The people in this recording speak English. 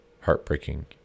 heartbreaking